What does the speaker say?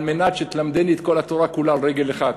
על מנת שתלמדני את כל התורה כולה על רגל אחת.